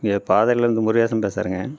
இங்கே பாதையில் இருந்து முருகேசன் பேசுறேங்க